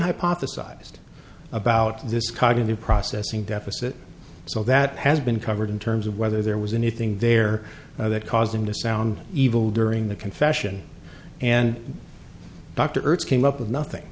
hypothesized about this cognitive processing deficit so that has been covered in terms of whether there was anything there that caused him to sound evil during the confession and dr ertz came up with nothing